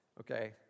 Okay